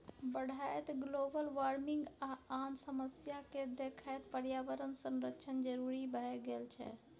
बढ़ैत global warming आ आन समस्या केँ देखैत पर्यावरण संरक्षण जरुरी भए गेल छै